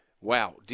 wow